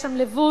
יש שם לבוש,